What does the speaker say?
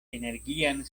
energian